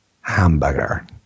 Hamburger